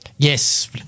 Yes